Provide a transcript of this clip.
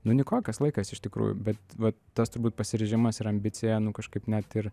nu nykokas laikas iš tikrųjų bet va tas turbūt pasiryžimas ir ambicija nu kažkaip net ir